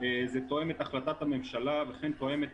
זה תואם את החלטת הממשלה וכן תואם את